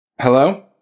Hello